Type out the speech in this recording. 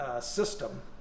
system